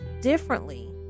differently